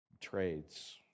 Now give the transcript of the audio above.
trades